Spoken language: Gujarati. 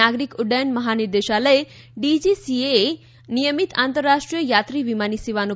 નાગરિક ઉદૃયન મહાનિર્દેશાલય ડીજીસીએએ નિયમિત આંતરરાષ્ટ્રીય થાત્રી વિમાની સેવાનો